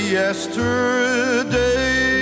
yesterday